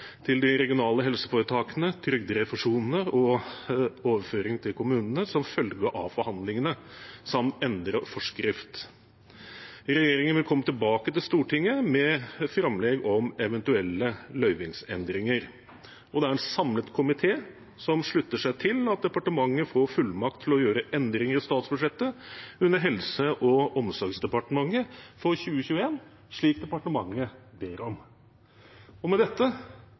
til de regionale helseforetakene, trygderefusjonene og i overføringene til kommunene som følge av forhandlingene samt endrede forskrifter. Regjeringen vil komme tilbake til Stortinget med framlegg om eventuelle bevilgningsendringer. Det er en samlet komité som slutter seg til at departementet får fullmakt til å gjøre endringer i statsbudsjettet under Helse- og omsorgsdepartementet for 2021, slik departementet ber om. Om ikke dette